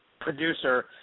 producer